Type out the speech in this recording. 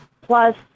plus